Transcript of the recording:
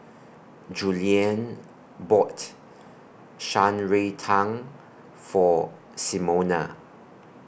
Julianne bought Shan Rui Tang For Simona